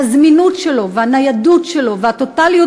והזמינות שלו והניידות שלו והטוטליות